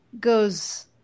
goes